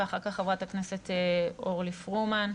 ואחר כך חברת הכנסת אורלי פרומן.